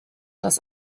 das